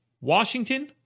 Washington